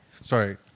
sorry